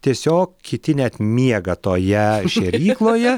tiesiog kiti net miega toje šėrykloje